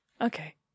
okay